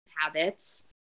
habits